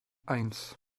eins